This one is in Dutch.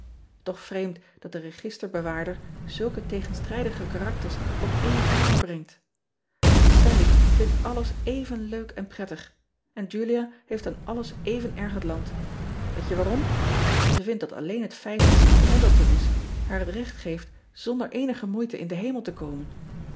och vreemd dat de registerbewaarder zulke tegenstrijdige karakters op een kamer brengt allie vindt alles even leuk en prettig en ulia heeft aan alles even erg het land eet je waarom e vindt dat alleen het feit dat ze een endleton is haar het recht geeft zonder eenige moeite in den emel te komen